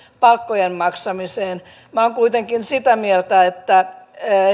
palkkojen maksamiseen minä olen kuitenkin sitä mieltä että